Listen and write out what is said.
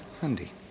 Handy